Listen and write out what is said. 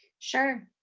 sure.